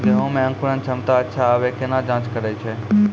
गेहूँ मे अंकुरन क्षमता अच्छा आबे केना जाँच करैय छै?